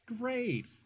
great